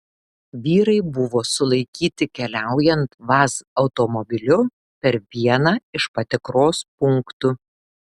vyrai buvo sulaikyti keliaujant vaz automobiliu per vieną iš patikros punktų